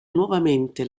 nuovamente